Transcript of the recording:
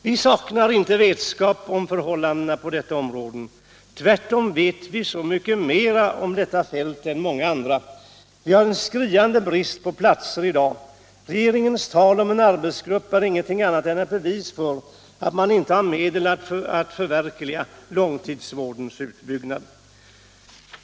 Vi saknar inte vetskap om förhållandena på detta område. Tvärtom vet vi mycket mera på detta fält än många andra. Vi har i dag en skriande brist på platser. Regeringens tal om en arbetsgrupp är ingenting annat än ett bevis för att man inte har medel att förverkliga långtidsvårdens utbyggnad.